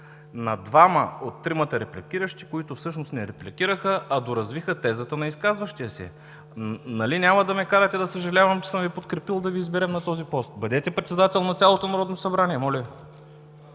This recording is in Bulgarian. на двама от тримата репликиращи, които всъщност не репликираха, а доразвиха тезата на изказващия се. Нали няма да ме карате да съжалявам, че съм Ви подкрепил – да Ви изберем на този пост? Бъдете председател на цялото Народно събрание, моля